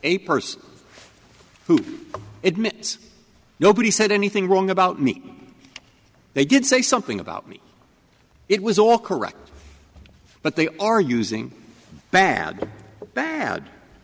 a person who admits nobody said anything wrong about me they did say something about me it was all correct but they are using bad bad